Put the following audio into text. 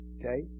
Okay